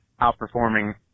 outperforming